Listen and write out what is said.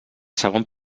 segon